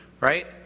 Right